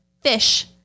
Fish